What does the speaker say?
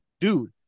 dude